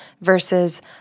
versus